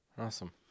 awesome